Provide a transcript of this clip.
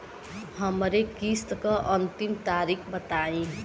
हमरे किस्त क अंतिम तारीख बताईं?